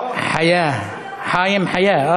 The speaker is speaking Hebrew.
חיים, חייאה.